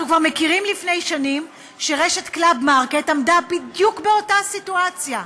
אנחנו זוכרים שלפני שנים רשת "קלאב מרקט" עמדה בדיוק באותה סיטואציה,